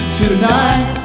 tonight